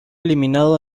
eliminado